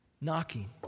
knocking